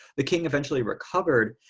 the king eventually recovered.